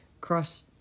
cross